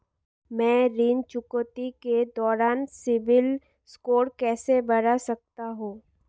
मैं ऋण चुकौती के दौरान सिबिल स्कोर कैसे बढ़ा सकता हूं?